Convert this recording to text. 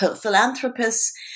philanthropists